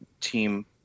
team